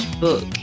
book